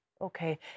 Okay